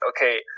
okay